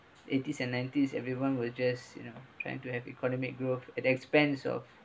eighties and nineties everyone will just you know trying to have economic growth at that expense of